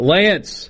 Lance